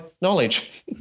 knowledge